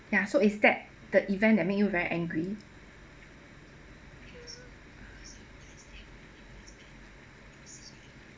ya so is that the event that make you very angry